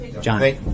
John